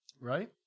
right